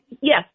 Yes